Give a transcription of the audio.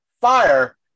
fire